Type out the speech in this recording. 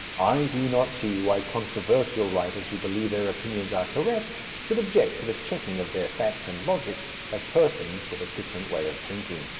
i do not see why controversial writers who believe their opinions are correct should object to the checking of their facts and logic by persons with a different way of thinking.